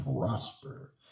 prosper